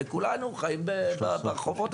וכולנו חיים ברחובות,